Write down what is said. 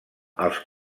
els